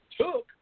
took